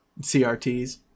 CRTs